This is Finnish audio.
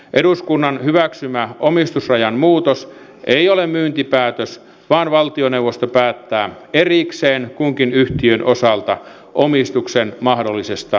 eduskunnan hyväksymä omistusrajan muutos ei ole myyntipäätös vaan valtioneuvosto päättää erikseen kunkin yhtiön osalta omistuksen mahdollisesta myynnistä